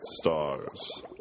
stars